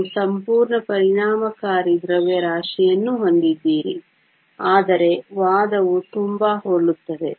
ನೀವು ಸಂಪೂರ್ಣ ಪರಿಣಾಮಕಾರಿ ದ್ರವ್ಯರಾಶಿಯನ್ನು ಹೊಂದಿದ್ದೀರಿ ಆದರೆ ವಾದವು ತುಂಬಾ ಹೋಲುತ್ತದೆ